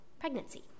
pregnancy